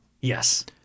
Yes